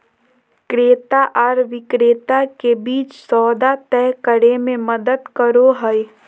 क्रेता आर विक्रेता के बीच सौदा तय करे में मदद करो हइ